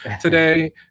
today